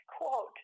quote